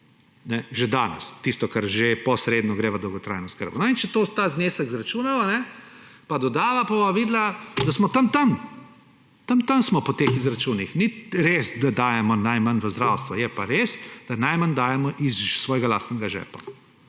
že danes, tisto, kar že posredno gre v dolgotrajno oskrbo. In če ta znesek izračunava pa dodava, bova videla, da smo tam tam. Tam tam smo po teh izračunih. Ni res, da dajemo najmanj v zdravstvo. Je pa res, da najmanj dajemo iz svojega lastnega žepa